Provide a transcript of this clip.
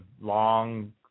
long